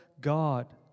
God